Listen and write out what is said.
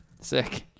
Sick